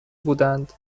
بودند